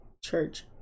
church